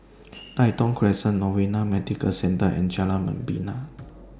Tai Thong Crescent Novena Medical Centre and Jalan Membina